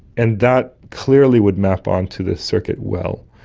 and that clearly would map onto the circuit well.